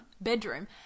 Bedroom